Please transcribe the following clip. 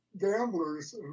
gamblers